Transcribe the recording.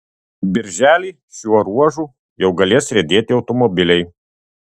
birželį šiuo ruožu jau galės riedėti automobiliai